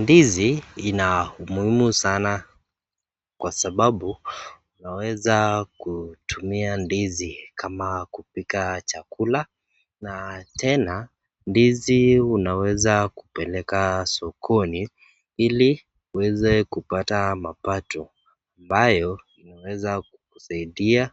Ndizi ina umuhimu sana kwa sababu, unaweza kutumia ndizi kama kupika chakula na tena ndizi unaweza kupeleka sokoni ili uweze kupata mapato ambayo inaweza kukusaidia